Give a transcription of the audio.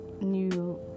new